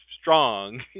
strong